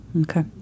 Okay